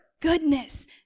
goodness